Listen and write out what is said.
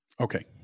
Okay